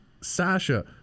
Sasha